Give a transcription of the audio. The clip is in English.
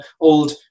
old